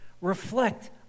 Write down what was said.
Reflect